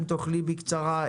אם תוכלי לדבר בקצרה,